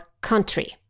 country